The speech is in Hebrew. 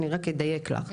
אני רק אדייק לך,